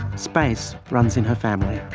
space runs in her family,